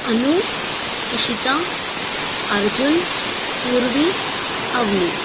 Anu Ishita Arjun Purvi Avni